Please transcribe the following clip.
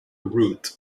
root